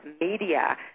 media